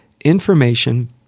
information